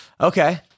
Okay